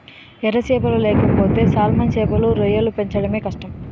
ఎర సేపలు లేకపోతే సాల్మన్ సేపలు, రొయ్యలు పెంచడమే కష్టం